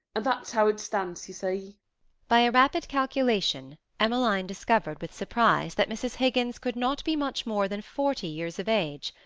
and that's how it stands, you see by a rapid calculation emmeline discovered with surprise, that mrs. higgins could not be much more than forty years of age.